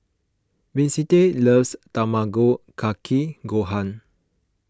Vicente loves Tamago Kake Gohan